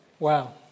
Wow